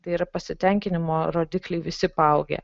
tai yra pasitenkinimo rodikliai visi paaugę